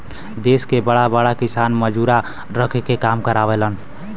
देस के बड़ा बड़ा किसान मजूरा रख के काम करावेलन